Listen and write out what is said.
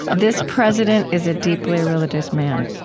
ah this president is a deeply religious man.